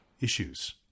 issues